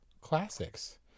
classics